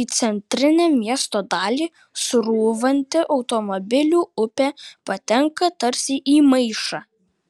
į centrinę miesto dalį srūvanti automobilių upė patenka tarsi į maišą